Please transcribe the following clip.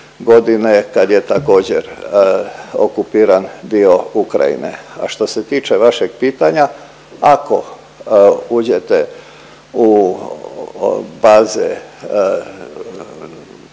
godine kad je također okupiran dio Ukrajine. A što se tiče vašeg pitanja ako uđete u baze